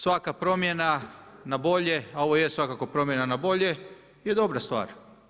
Svaka promjena na bolje, a ovo je svakako promjena na bolje je dobra stvar.